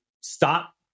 stop